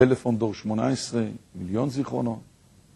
טלפון דור 18, מיליון זיכרונות